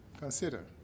consider